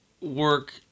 work